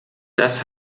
das